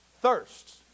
thirsts